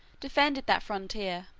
defended that frontier,